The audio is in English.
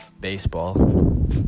baseball